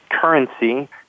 currency